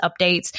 updates